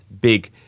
big